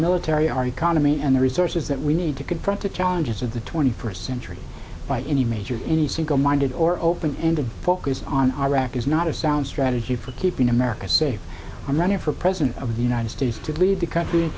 military our economy and the resources that we need to confront the challenges of the twenty first century by any major any single minded or open ended focus on iraq is not a sound strategy for keeping america safe i'm running for president of the united states to lead the country